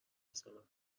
مثلا